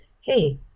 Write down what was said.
hey